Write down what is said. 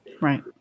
Right